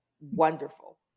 wonderful